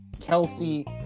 Kelsey